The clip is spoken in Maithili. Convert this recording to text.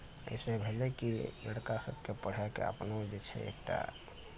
अइसँ भेलै कि लड़का सबके पढ़ैके अपनो जे छै एकटा